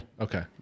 okay